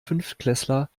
fünftklässler